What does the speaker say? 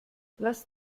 lass